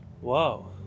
whoa